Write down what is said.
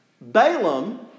Balaam